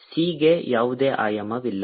C ಗೆ ಯಾವುದೇ ಆಯಾಮವಿಲ್ಲ